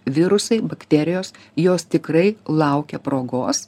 virusai bakterijos jos tikrai laukia progos